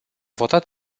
votat